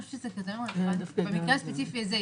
אני חושבת שזה קריטריון רלוונטי במקרה הספציפי הזה.